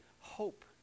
hope